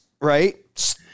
right